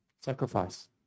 Sacrifice